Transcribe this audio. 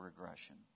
regression